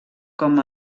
com